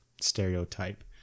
stereotype